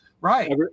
right